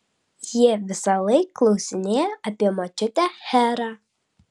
jie visąlaik klausinėja apie močiutę herą